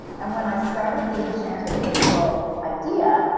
and when i started the enchanted april idea,